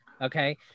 okay